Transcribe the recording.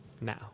Now